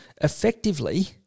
effectively